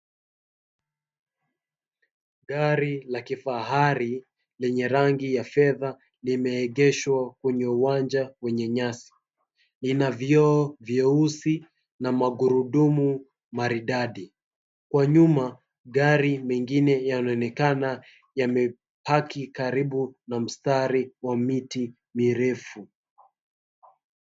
Gari la kifahari lenye rangi ya fedha limeegeshwa kwenye uwanja wenye nyasi. Ina vioo vyeusi na magurudumu maridadi. Kwa nyuma magari mengine yanaonekana yamepaki karibu na mstari wa miti mirefu.